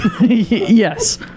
Yes